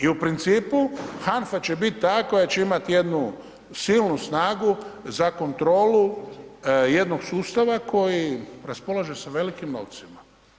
I u principu HANF-a će biti ta koja će imati jednu silnu snagu za kontrolu jednog sustava koji raspolaže sa velikim novcima.